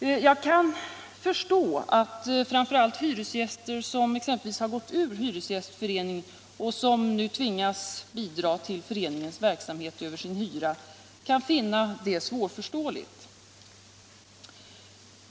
Jag kan dock förstå att framför allt hyresgäster, som exempelvis har gått ur hyresgästföreningen och som nu tvingas bidra till föreningens verksamhet över sin hyra, kan finna den ordningen svårbegriplig.